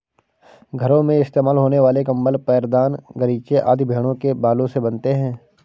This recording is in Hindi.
घरों में इस्तेमाल होने वाले कंबल पैरदान गलीचे आदि भेड़ों के बालों से बनते हैं